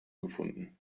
gefunden